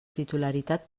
titularitat